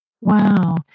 Wow